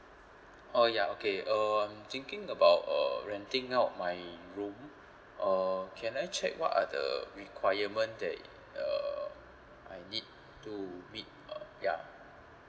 oh ya okay uh I'm thinking about uh renting out my room uh can I check what are the requirement that uh I need to meet uh ya